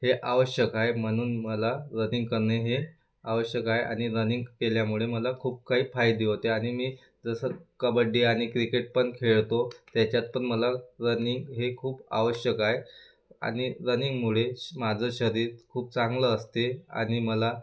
हे आवश्यक आहे म्हणून मला रनिंग करणे हे आवश्यक आहे आणि रनिंग केल्यामुळे मला खूप काही फायदे होते आणि मी जसं कबड्डी आणि क्रिकेट पण खेळतो त्याच्यात पण मला रनिंग हे खूप आवश्यक आहे आणि रनिंगमुळे श माझं शरीर खूप चांगलं असते आणि मला